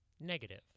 Negative